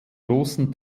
großen